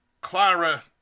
Clara